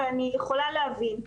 ואני יכולה להבין,